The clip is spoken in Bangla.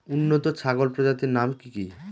উন্নত ছাগল প্রজাতির নাম কি কি?